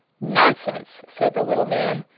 nonsense! said the little man,